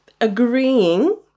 agreeing